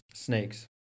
Snakes